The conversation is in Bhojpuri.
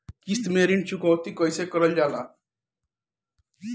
किश्त में ऋण चुकौती कईसे करल जाला?